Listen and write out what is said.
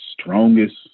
strongest